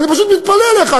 אני פשוט מתפלא עליך.